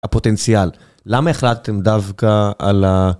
הפוטנציאל, למה החלטתם דווקא על ה...